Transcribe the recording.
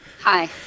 Hi